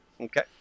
Okay